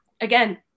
again